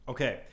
Okay